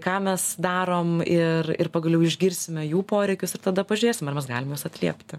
ką mes darom ir ir pagaliau išgirsime jų poreikius ir tada pažiūrėsim ar mes galim juos atliepti